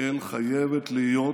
חייבת להיות